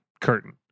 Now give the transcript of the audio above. Curtain